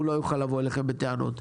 הוא לא יוכל לבוא אליכם בטענות.